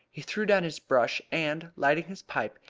he threw down his brush, and, lighting his pipe,